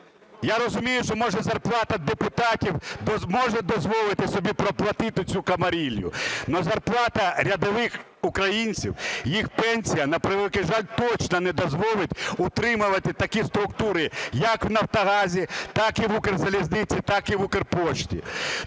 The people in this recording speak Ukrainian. я розумію, що може зарплата депутатів може дозволити собі проплатити цю камарилью, але зарплата рядових українців, їх пенсія, на превеликий жаль, точно не дозволить утримувати такі структури, як в "Нафтогазі", так і в "Укрзалізниці", так і в "Укрпошті".